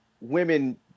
women